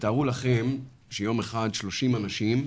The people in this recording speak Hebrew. תארו לכם, שיום אחד 30 אנשים,